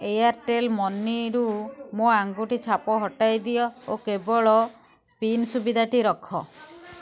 Airtel ମନିରୁ ମୋ ଆଙ୍ଗୁଠି ଛାପ ହଟାଇ ଦିଅ ଓ କେବଳ ପିନ୍ ସୁବିଧାଟି ରଖ